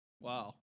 Wow